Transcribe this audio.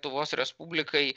lietuvos respublikai